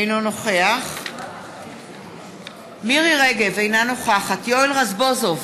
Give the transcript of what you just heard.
אינו נוכח מירי רגב, אינה נוכחת יואל רזבוזוב,